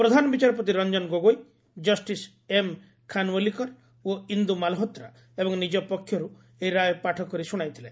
ପ୍ରଧାନବିଚାରପତି Ranjan Gogoi justice M Khanwilkar ଓ ଇନ୍ଦୁ ମାଲହୋତ୍ରା ଏବଂ ନିଜ ପକ୍ଷର୍ତ ଏହି ରାୟ ପାଠ କରି ଶ୍ରଣାଇଥିଲେ